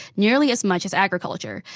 nearly as much as agriculture.